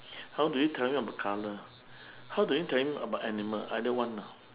how do you tell him about colour how do you tell him about animal either one lah